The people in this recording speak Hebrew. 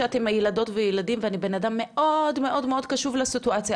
אני לא הייתי רוצה להיות בסיטואציה